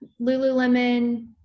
Lululemon